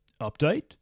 Update